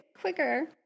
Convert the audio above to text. quicker